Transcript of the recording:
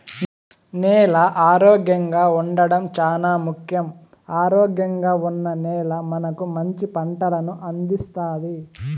నేల ఆరోగ్యంగా ఉండడం చానా ముఖ్యం, ఆరోగ్యంగా ఉన్న నేల మనకు మంచి పంటలను అందిస్తాది